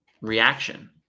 reaction